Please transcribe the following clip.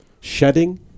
Shedding